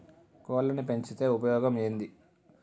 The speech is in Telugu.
కోళ్లని పెంచితే ఉపయోగం ఏంది?